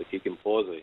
sakykim pozoj